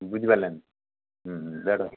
ବୁଝିପାରିଲେନି ହୁଁ ହୁଁ